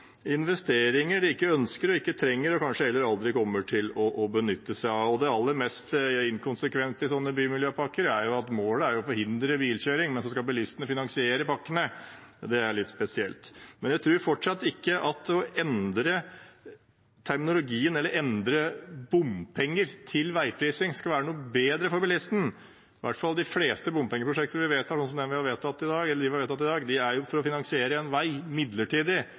investeringer de ikke ønsker og ikke trenger og kanskje heller aldri kommer til å benytte seg av. Det aller mest inkonsekvente i sånne bymiljøpakker er at målet er å forhindre bilkjøring, men så skal bilistene finansiere pakkene. Det er litt spesielt. Men jeg tror fortsatt ikke at å endre terminologien eller endre bompenger til veiprising vil være noe bedre for bilistene, for i hvert fall de fleste bompengeprosjekter som vi vedtar – som de vi har vedtatt i dag – er jo for å finansiere en vei midlertidig,